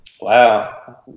Wow